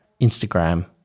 Instagram